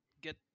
get